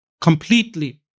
completely